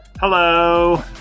Hello